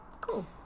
Cool